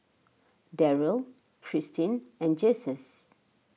Darryll Christine and Jesus